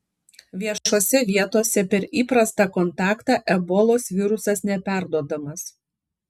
viešose vietose per įprastą kontaktą ebolos virusas neperduodamas